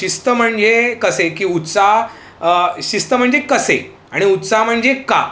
शिस्त म्हणजे कसे की उत्साह शिस्त म्हणजे कसे आणि उत्साह म्हणजे का